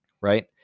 right